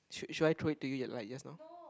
should should I throw it to you like just now